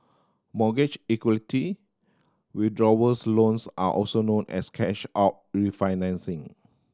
mortgage equity withdrawals loans are also known as cash out refinancing